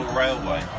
railway